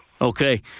Okay